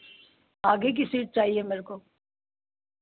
आगे की सीट चाहिए मेरे को